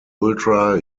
ultra